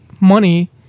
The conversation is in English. money